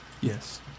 Yes